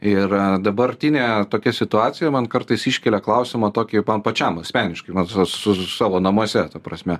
ir dabartinė tokia situacija man kartais iškelia klausimą tokį man pačiam asmeniškai man su savo namuose ta prasme